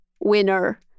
winner